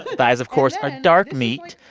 thighs, of course, are dark meat,